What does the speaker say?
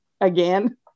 again